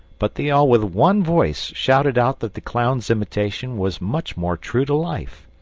but they all with one voice shouted out that the clown's imitation was much more true to life.